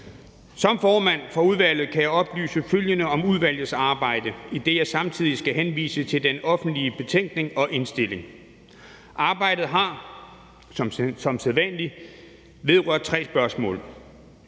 Som formand for udvalget kan jeg oplyse følgende om udvalgets arbejde, idet jeg samtidig skal henvise til den offentliggjorte betænkning og indstilling. Arbejdet har – som sædvanlig – vedrørt tre spørgsmål.